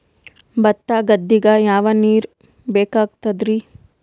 ಭತ್ತ ಗದ್ದಿಗ ಯಾವ ನೀರ್ ಬೇಕಾಗತದರೀ?